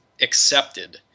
accepted